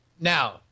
Now